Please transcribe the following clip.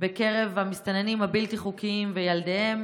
בקרב המסתננים הבלתי-חוקיים וילדיהם